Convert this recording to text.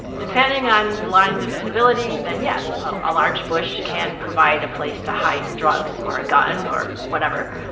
depending on lines of visibility, then yes, so a large bush can provide a place to hide drugs or a gun or whatever.